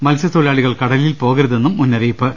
മത്സ്യ ത്തൊഴിലാളികൾ കടലിൽ പോകരുതെന്നും മുന്നറിയിപ്പ്